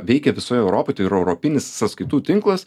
veikia visoj europoj tai yra europinis sąskaitų tinklas